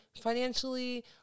financially